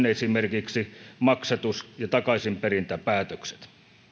esimerkiksi maksatus ja takaisinperintäpäätökset